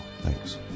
Thanks